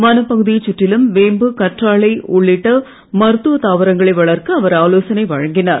வனப்பகுதியைச் சுற்றிலும் வேம்பு கற்றாழை உள்ளிட்ட மருத்துவ தாவரங்கள் வளர்க்க அவர் ஆலோசனை வழங்கினார்